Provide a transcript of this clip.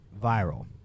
viral